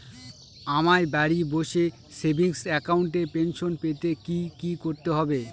আমায় বাড়ি বসে সেভিংস অ্যাকাউন্টে পেনশন পেতে কি কি করতে হবে?